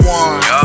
one